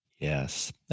Yes